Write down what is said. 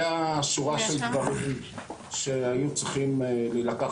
הייתה שורה של דברים שהיו צריכים להילקח